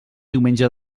diumenge